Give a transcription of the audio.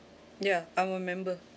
ya I'm a member